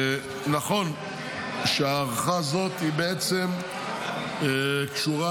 נכון שההארכה הזאת קשורה